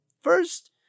First